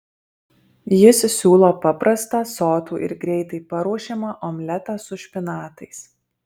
jis siūlo paprastą sotų ir greitai paruošiamą omletą su špinatais